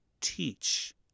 teach